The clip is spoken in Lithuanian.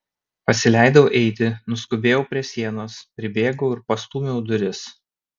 pasileidau eiti nuskubėjau prie sienos pribėgau ir pastūmiau duris